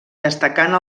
destacant